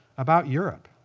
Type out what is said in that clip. about europe.